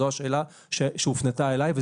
זו השאלה שהופנתה אליי.